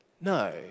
No